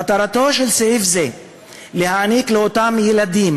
מטרתו של סעיף זה להעניק לאותם ילדים